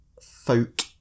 folk